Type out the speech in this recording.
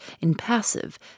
impassive